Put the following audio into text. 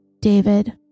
David